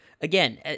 again